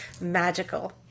Magical